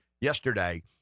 yesterday